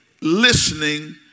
listening